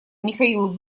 михаил